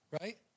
right